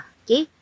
okay